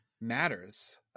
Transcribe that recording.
matters